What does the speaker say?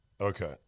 Okay